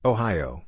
Ohio